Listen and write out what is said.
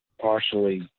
partially